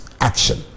action